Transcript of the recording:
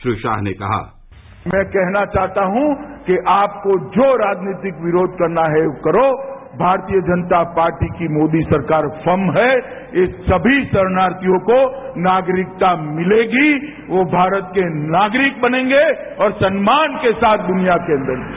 श्री शाह ने कहा मैं कहना चाहता हूँ कि आपको जो राजनीतिक विरोध करना है वो करो भारतीय जनता पार्टी की मोदी सरकार फर्म है इन सभी शाणिथियां को नागरिकता मिलेगी वो भारत के नागरिक बनेंगे और सम्मान के साथ दुनिया के अंदर रहेंगे